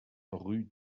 rue